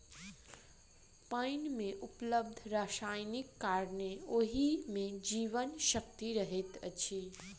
पाइन मे उपलब्ध रसायनक कारणेँ ओहि मे जीवन शक्ति रहैत अछि